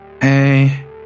Hey